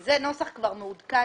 זה נוסח מעודכן.